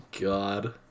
god